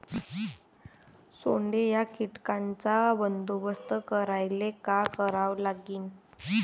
सोंडे या कीटकांचा बंदोबस्त करायले का करावं लागीन?